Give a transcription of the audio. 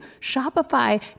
Shopify